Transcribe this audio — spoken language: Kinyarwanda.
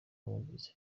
bumvise